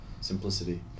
simplicity